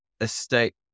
estate